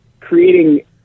creating